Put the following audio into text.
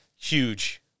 Huge